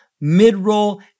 mid-roll